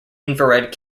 infrared